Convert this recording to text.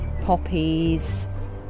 poppies